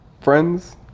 friends